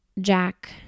Jack